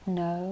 no